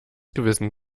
gewissen